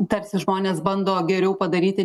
tarsi žmonės bando geriau padaryti